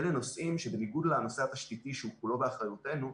אלה נושאים שבניגוד לנושא התשתיתי שהוא כולו באחריותנו,